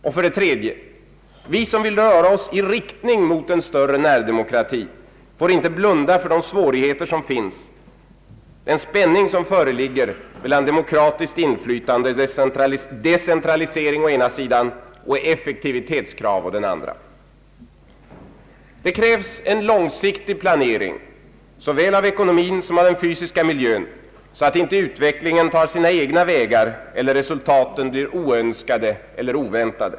Och för det tredje: vi som vill röra oss i riktning mot en större närdemokrati får inte blunda för de svårigheter som finns, den spänning som föreligger mellan demokratiskt inflytande och decentralisering å den ena sidan och effektivitetskrav å den andra. Det krävs en långsiktig planering såväl av ekonomin som av den fysiska miljön så att inte utvecklingen tar sina egna vägar eller resultaten blir oönskade eller oväntade.